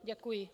Děkuji.